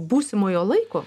būsimojo laiko